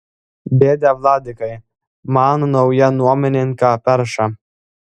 dėde vladikai man naują nuomininką perša